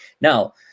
Now